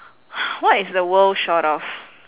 what is the world short of